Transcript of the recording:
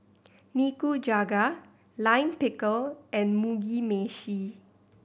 Nikujaga Lime Pickle and Mugi Meshi